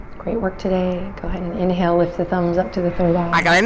great work today. go ahead and inhale, lift the thumbs up to the third eye.